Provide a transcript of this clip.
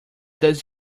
does